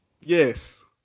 Yes